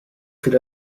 could